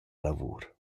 lavur